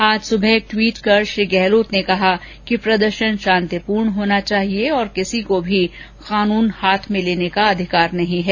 आज सुबह एक ट्वीट कर श्री गहलोत ने कहा कि प्रदर्शन शांतिपूर्ण होना चाहिए और किसी को भी कानून हाथ में लेने का अधिकार नहीं है